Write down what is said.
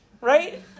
Right